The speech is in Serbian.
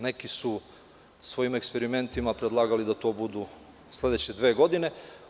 Neki su svojim eksperimentima predlagali da to bude sledeće dve godine.